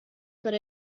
per